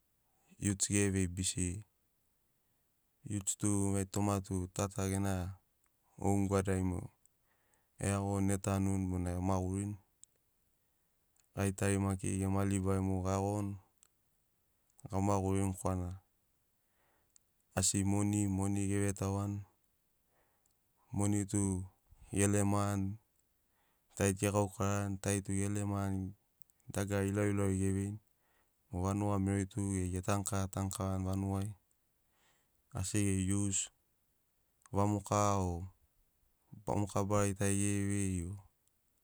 Youths gere vei bisiri youths tu mai toma tu ta ta gena oun gwadai mogo e iagoni etanuni bona emagurini gai tari maki gema libai mogo gaiagomani gamagurini korana asi moni moni gevetauani moni tu gelemani tari tu gegaukarani tari tu gelemani dagara ilauilauri ge veini o vanugai merori tu geri getanu kava tanu kavani vanugai asi geri ius vamoka o vamoka barari tari gere vei o